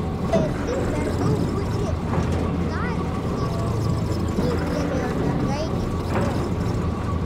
esi per daug gudri tarė ji ir žnybtelėjo mergaitei skruostą